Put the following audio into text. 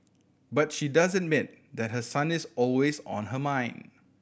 but she does admit that her son is always on her mind